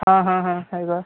ਹਾਂ ਹਾਂ ਹਾਂ ਹੈਗਾ